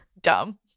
dumb